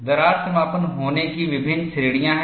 दरार समापन होने की विभिन्न श्रेणियां हैं